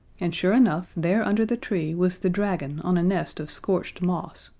and, sure enough, there under the tree was the dragon on a nest of scorched moss,